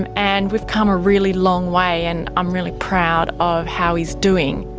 and and we've come a really long way and i'm really proud of how he's doing.